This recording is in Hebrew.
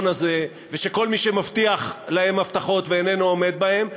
הזה ושל כל מי שמבטיח להם הבטחות ואיננו עומד בהן,